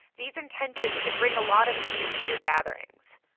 these intentions can bring a lot of meaning to your gatherings.